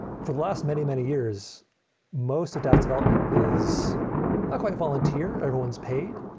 for the last many, many years most of dask development is not quite a volunteer. everyone's paid.